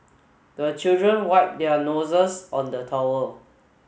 the children wipe their noses on the towel